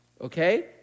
Okay